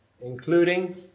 including